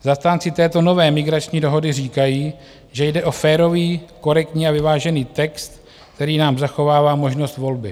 Zastánci této nové migrační dohody říkají, že jde o férový, korektní a vyvážený text, který nám zachovává možnost volby.